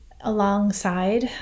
alongside